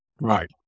Right